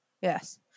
Yes